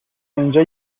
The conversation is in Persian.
اینجا